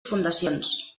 fundacions